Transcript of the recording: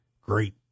great